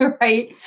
Right